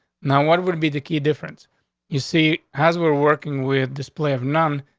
now. what would be the key difference you see, has we're working with display of none.